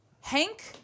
hank